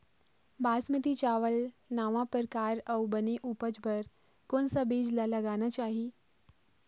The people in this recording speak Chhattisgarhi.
बासमती चावल नावा परकार अऊ बने उपज बर कोन सा बीज ला लगाना चाही?